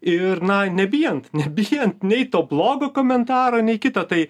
ir na nebijant nebijant nei to blogo komentaro nei kito tai